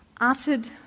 uttered